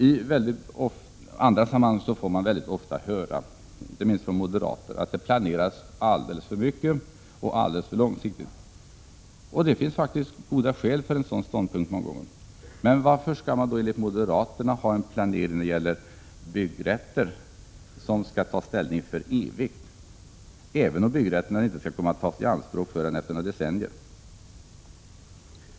I andra sammanhang får man ofta höra från moderater att det planeras alldeles för mycket och för långsiktigt. Det finns många gånger goda skäl för en sådan ståndpunkt. Men varför skall man då enligt moderaterna ha en planering som helst för evigt tar ställning till byggrätters omfattning, även om byggrätterna inte kommer att tas i anspråk förrän efter decennier?